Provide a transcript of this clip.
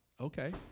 okay